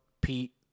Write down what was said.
Pete